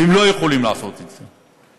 והם לא יכולים לעשות את זה.